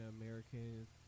Americans